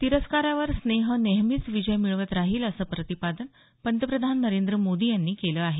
तिरस्कावर स्नेह नेहमीच विजय मिळवत राहील असं प्रतिपादन पंतप्रधान नरेंद्र मोदी यांनी केलं आहे